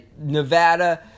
Nevada